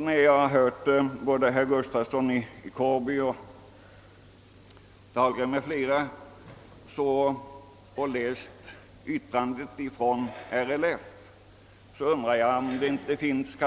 När jag hört herrar Gustafsson i Kårby och Dahlgren m.fl. tala i dag och när jag läst yttrandet från RLF har jag undrat om det inte finns